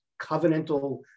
covenantal